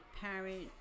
parent